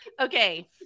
okay